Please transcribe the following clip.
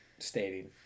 stating